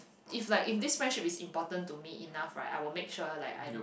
if like if this friendship is important to me enough right I will make sure like I'm